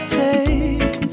take